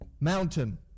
Mountain